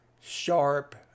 sharp